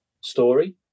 story